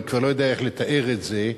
ואני כבר לא יודע לתאר את זה,